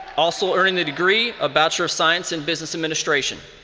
also earning the degree of bachelor of science in business administration.